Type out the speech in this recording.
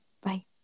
Bye